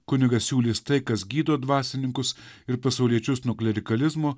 kunigas siūlys tai kas gydo dvasininkus ir pasauliečius nuo klerikalizmo